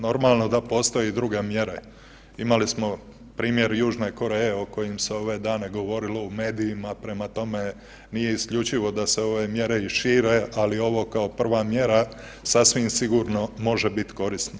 Normalno da postoje i druge mjere, imali smo primjer Južne Koreje o kojim se ove dane govorilo u medijima, prema tome nije isključivo da se ove mjere i šire, ali ovo kao prva mjera sasvim sigurno može biti korisno.